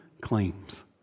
claims